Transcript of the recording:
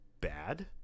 bad